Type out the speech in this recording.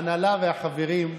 ההנהלה והחברים,